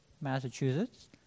Massachusetts